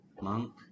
Monk